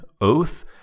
Oath